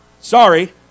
Sorry